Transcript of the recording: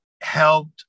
helped